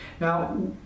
Now